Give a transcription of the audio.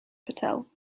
patel